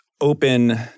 open